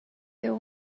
your